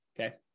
Okay